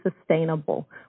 sustainable